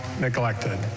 neglected